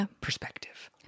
perspective